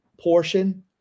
portion